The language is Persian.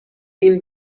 این